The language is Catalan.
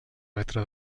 metre